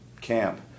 camp